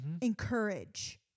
encourage